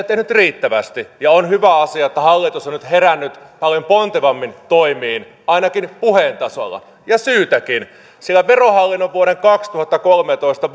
tehnyt riittävästi on hyvä asia että hallitus on nyt herännyt paljon pontevammin toimiin ainakin puheen tasolla ja on syytäkin sillä verohallinnon vuoden kaksituhattakolmetoista